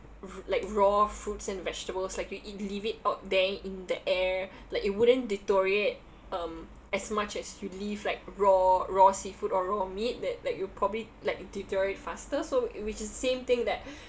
r~ like raw fruits and vegetables like you leave it out there in the air like it wouldn't deteriorate um as much as you leave like raw raw seafood or raw meat that like it'll probably like deteriorate faster so which is same thing that